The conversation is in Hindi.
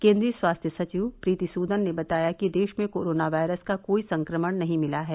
केन्द्रीय स्वास्थ्य सचिव प्रीति सूदन ने बताया कि देश में कोरोना वायरस का कोई संक्रमण नहीं मिला है